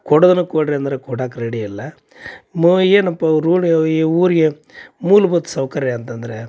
ಕೊಡುದನ ಕೊಡಿರಿ ಅಂದ್ರ ಕೊಡಾಕ್ಕೆ ರೆಡಿ ಇಲ್ಲ ಮ ಏನಪ್ಪ ಅವ ರೋಡ್ ಈ ಊರಿಗೆ ಮೂಲಭೂತ ಸೌಕರ್ಯ ಅಂತಂದರೆ